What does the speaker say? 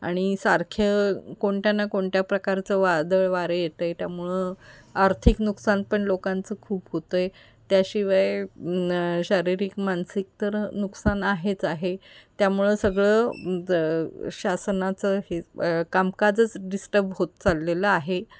आणि सारखं कोणत्या ना कोणत्या प्रकारचं वादळ वारं येतं आहे त्यामुळे आर्थिक नुकसान पण लोकांचं खूप होतं आहे त्याशिवाय शारीरिक मानसिक तर नुकसान आहेच आहे त्यामुळे सगळं शासनाचं हे कामकाजच डिस्टब होत चाललेलं आहे